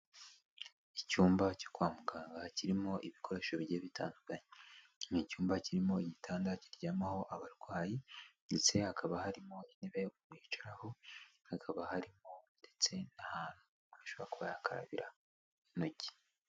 Icyumba cyo kwa muganga kirimo ibikoresho bigiye bitandukanye. Ni cyumba kirimo igitanda kiryamaho abarwayi, ndetse hakaba harimo intebe umuntu yicaraho, hakaba harimo ndetse n'ahantu umuntu ashobora kuba yakarabira intoki.